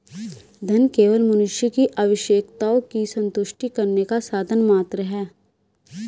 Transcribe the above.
धन केवल मनुष्य की आवश्यकताओं की संतुष्टि करने का साधन मात्र है